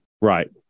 Right